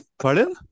Pardon